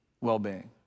well-being